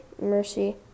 mercy